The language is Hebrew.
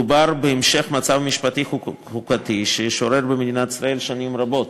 מדובר בהמשך המצב המשפטי החוקתי ששורר במדינת ישראל שנים רבות.